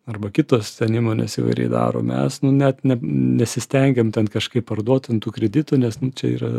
arba kitos ten įmonės įvairiai daro mes net nesistengiam ten kažkaip parduot ten tų kreditų nes čia yra